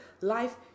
life